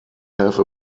have